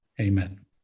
Amen